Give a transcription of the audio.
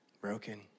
broken